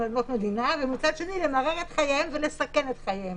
אדמות מדינה ומצד שני למרר את חייהם ולסכן את חייהם.